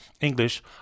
English